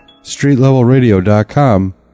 StreetLevelRadio.com